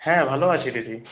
হ্যাঁ ভালো আছি দিদি